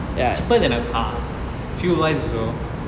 is cheaper than a car fuel wise also